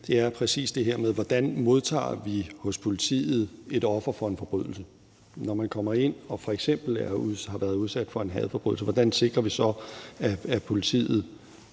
– er præcis det her med, hvordan vi hos politiet modtager et offer for en forbrydelse. Når man kommer ind og f.eks. har været udsat for en hadforbrydelse, hvordan sikrer vi så, at politiet